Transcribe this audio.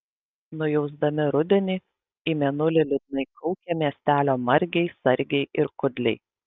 nujausdami rudenį į mėnulį liūdnai kaukė miestelio margiai sargiai ir kudliai